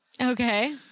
Okay